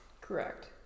Correct